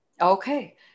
Okay